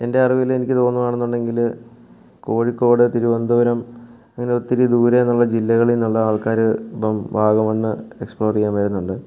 എൻ്റെ അറിവിൽ എനിക്ക് തോന്നുവാണെന്നുണ്ടെങ്കിൽ കോഴിക്കോട് തിരുവനന്തപുരം അങ്ങനെ ഒത്തിരി ദൂരെനിന്നുള്ള ജില്ലകളിൽ നിന്നുള്ള ആൾക്കാർ ഇപ്പം വാഗമൺ എക്സ്പ്ലോർ ചെയ്യാൻ വരുന്നുണ്ട്